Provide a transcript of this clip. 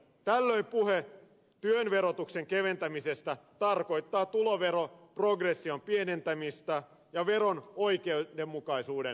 tällöin puhe työn verotuksen keventämisestä tarkoittaa tuloveron progression pienentämistä ja veron oikeudenmukaisuuden vähentämistä